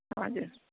हजुर